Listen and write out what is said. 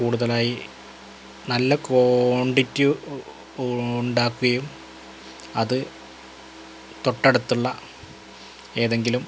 കൂടുതലായി നല്ല ക്വാണ്ടിറ്റി ഉ ഉണ്ടാക്കുകയും അത് തൊട്ടടുത്തുള്ള ഏതെങ്കിലും